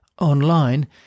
online